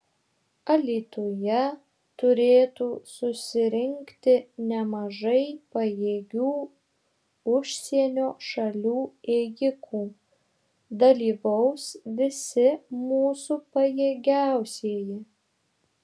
alytuje turėtų susirinkti nemažai pajėgių užsienio šalių ėjikų dalyvaus visi mūsų pajėgiausieji